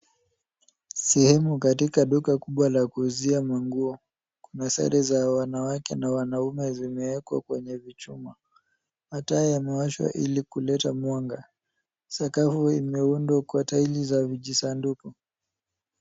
Sehemu katika duka kubwa la kuuzia manguo. Kuna sare za wanawake na wanaume zimewekwa kwenye vichuma. Mataa yamewashwa ili kuleta mwanga. Sakafu imeundwa kwa taili za vijisanduku.